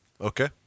okay